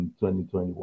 2021